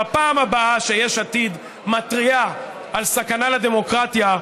בפעם הבאה שיש עתיד מתריעה על סכנה לדמוקרטיה,